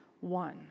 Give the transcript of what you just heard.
one